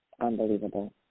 Unbelievable